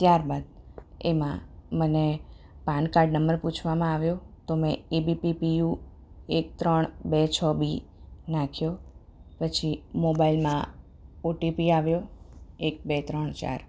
ત્યારબાદ એમાં મને પાનકાર્ડ નંબર પૂછવામાં આવ્યો તો મેં A B P P U એક ત્રણ બે છ બી નાખ્યો પછી મોબાઈલમાં ઓટીપી આવ્યો એક બે ત્રણ ચાર